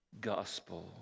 gospel